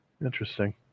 interesting